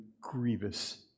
grievous